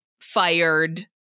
fired